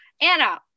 Anna